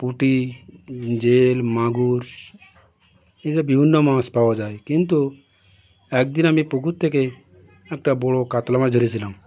পুঁটি জেল মাগুর এই সব বিভিন্ন মাছ পাওয়া যায় কিন্তু একদিন আমি পুকুর থেকে একটা বড় কাতলা মাছ ধরেছিলাম